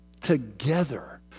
together